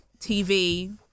tv